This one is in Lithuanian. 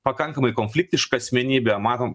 pakankamai konfliktiška asmenybė matom